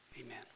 Amen